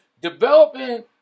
developing